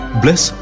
bless